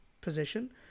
position